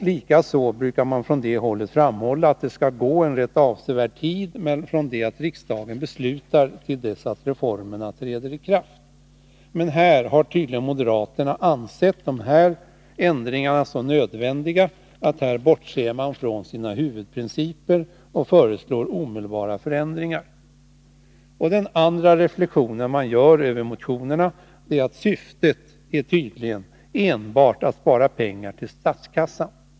Likaså brukar de framhålla att en avsevärd tid bör förflyta från det att riksdagen beslutar till dess att reformerna träder i kraft. I det här fallet har moderaterna tydligen ansett ändringarna vara så nödvändiga att de bortser från sina huvudprinciper och föreslår omedelbara förändringar. En annan reflexion man gör över motionerna är att syftet tydligen enbart är att spara pengar till statskassan.